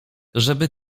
żeby